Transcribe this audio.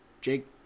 jake